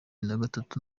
nagatatu